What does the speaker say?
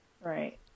Right